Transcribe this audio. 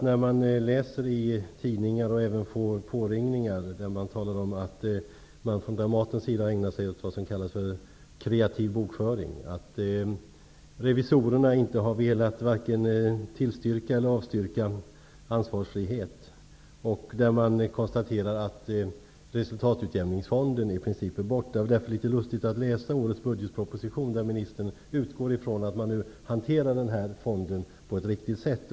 När man läser i tidningar och även får påringningar där det talas om att de på Dramaten ägnar sig åt vad som kallas kreativ bokföring, att revisorerna varken har velat tillstyrka eller avstyrka ansvarsfrihet och där det konstateras att resultatutjämningsfonden i princip är borta, är det litet lustigt att läsa årets budgetproposition där ministern utgår från att man hanterar den här fonden på ett riktigt sätt.